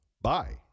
Bye